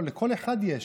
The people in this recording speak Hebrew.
לכל אחד יש.